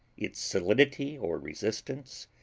its solidity or resistance,